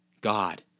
God